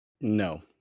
No